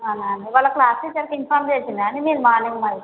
అవునా అండి వాళ్ళ క్లాస్ టీచర్కి ఇన్ఫోర్మ్ చేసిండా అండి మీరు మార్నింగ్ మరి